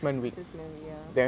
assessment week ya